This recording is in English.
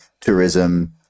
tourism